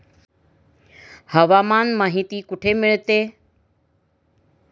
हवामान माहिती कुठे मिळते?